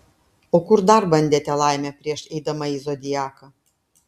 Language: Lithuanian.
o kur dar bandėte laimę prieš eidama į zodiaką